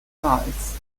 nights